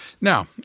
Now